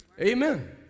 Amen